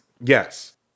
Yes